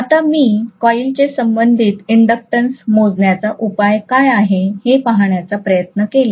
आता मी कॉइलचे संबंधित ईंडक्टंस मोजण्याचा उपाय काय आहे हे पाहण्याचा प्रयत्न केल्यास